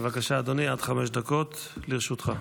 בבקשה, אדוני, עד חמש דקות לרשותך.